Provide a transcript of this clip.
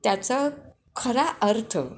त्याचा खरा अर्थ